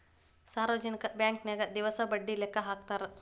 ಸಾರ್ವಜನಿಕ ಬಾಂಕನ್ಯಾಗ ದಿವಸ ಬಡ್ಡಿ ಲೆಕ್ಕಾ ಹಾಕ್ತಾರಾ